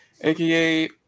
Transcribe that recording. aka